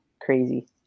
crazy